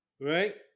right